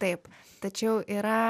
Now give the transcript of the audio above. taip tačiau yra